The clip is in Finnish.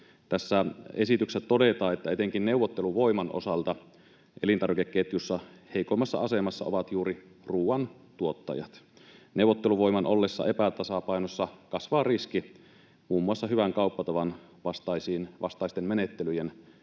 Tässä esityksessä todetaan, että etenkin neuvotteluvoiman osalta elintarvikeketjussa heikoimmassa asemassa ovat juuri ruuantuottajat. Neuvotteluvoiman ollessa epätasapainossa kasvaa riski muun muassa hyvän kauppatavan vastaisten menettelyjen